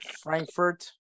Frankfurt